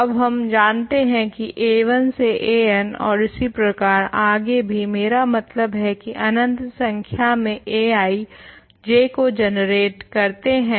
अब हम जानते हैं की a1 से an और इसी प्रकार आगे भी मेरा मतलब है की अनंत संख्या में ai J को जनरेट करते हैं